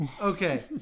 Okay